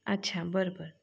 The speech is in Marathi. अच्छा बरं बरं